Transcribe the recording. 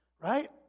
Right